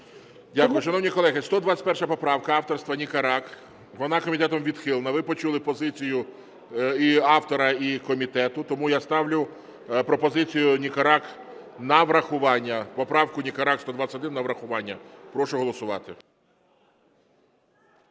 Дякую. Шановні колеги, 121 поправка авторства Никорак. Вона комітетом відхилена. Ви почули позицію і автора, і комітету. Тому я ставлю пропозицію Никорак на врахування, поправку Никорак 121 на врахування. Прошу голосувати.